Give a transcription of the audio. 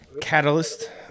catalyst